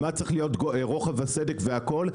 מה צריך להיות רוחב הסדק והכול.